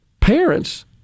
parents